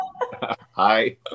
Hi